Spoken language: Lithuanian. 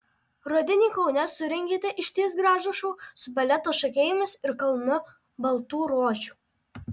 rudenį kaune surengėte išties gražų šou su baleto šokėjomis ir kalnu baltų rožių